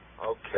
Okay